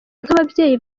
nk’ababyeyi